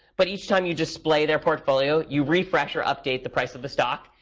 but each time you display their portfolio, you refresh or update the price of the stock.